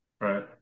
Right